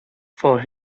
for